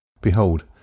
Behold